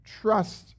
trust